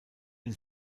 den